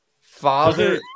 father